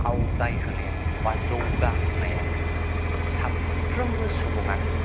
आवगाय होनायाव एबा जौगा होनायाव साफ्रोमबो सुबुङानो